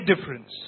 difference